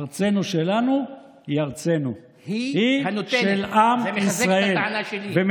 ארצנו שלנו היא ארצנו, היא של עם ישראל.